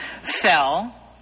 fell